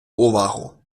увагу